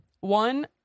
One